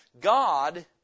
God